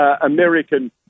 American